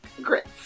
Grits